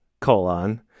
colon